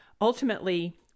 ultimately